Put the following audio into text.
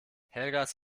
helgas